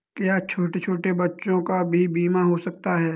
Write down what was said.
क्या छोटे छोटे बच्चों का भी बीमा हो सकता है?